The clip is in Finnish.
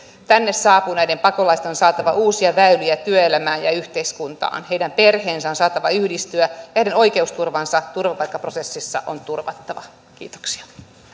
tänne saapuneiden pakolaisten on saatava uusia väyliä työelämään ja yhteiskuntaan heidän perheensä on saatava yhdistyä ja heidän oikeusturvansa turvapaikkaprosessissa on turvattava kiitoksia